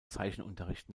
zeichenunterricht